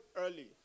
early